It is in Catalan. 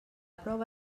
prova